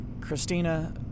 Christina